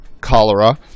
cholera